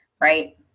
right